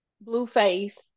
Blueface